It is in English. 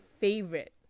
favorite